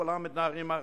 כולם מתנערים מאחריות.